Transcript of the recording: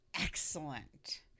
excellent